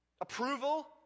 Approval